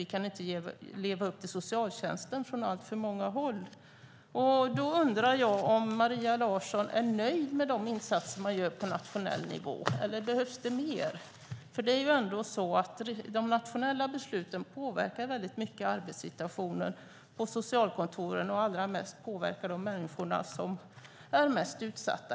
Vi kan inte leva upp till socialtjänstlagen. Jag undrar om Maria Larsson är nöjd med de insatser man gör på nationell nivå, eller behövs det mer? De nationella besluten påverkar arbetssituationen på socialkontoren och allra mest påverkar de de människor i vårt land som är mest utsatta.